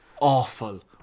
Awful